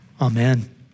amen